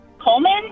coleman